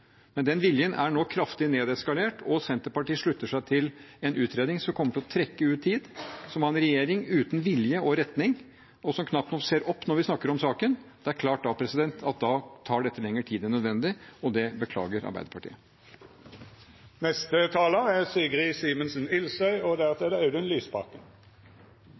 Men den viljen er nå kraftig nedskalert, og Senterpartiet slutter seg til en utredning som kommer til å trekke ut i tid. Så med en regjering uten vilje og retning – og som knapt nok ser opp når vi snakker om saken – er det klart at da tar dette lenger tid enn nødvendig. Det beklager Arbeiderpartiet. Prinsippet om opptening av pensjon frå fyrste krone er